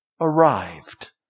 arrived